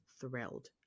thrilled